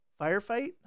firefight